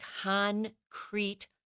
concrete